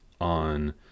on